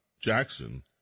Jackson